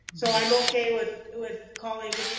so, i'm okay with with calling